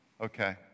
Okay